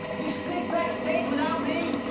you sneak backstage without me?